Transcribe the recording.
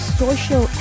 social